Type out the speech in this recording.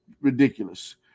ridiculous